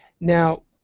now,